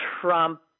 Trump